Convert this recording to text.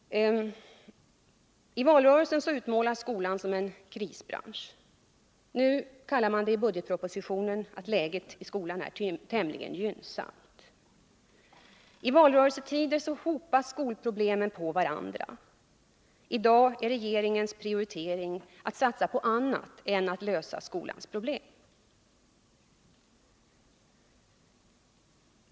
I valrörelsen utmålas skolan som en ”krisbransch”. Nu säger man i budgetpropositionen att läget i skolan är ”tämligen gynnsamt”. I valrörelsetider staplas skolproblemen på varandra. I dag är regeringens prioritering att satsa på annat än det som syftar till att lösa skolans problem.